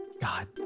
God